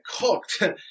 cooked